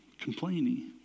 complaining